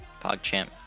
pogchamp